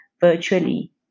virtually